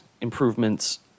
improvements